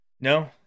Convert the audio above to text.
No